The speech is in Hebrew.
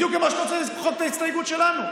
בדיוק כמו שאתה רוצה למחוק את ההסתייגות שלנו.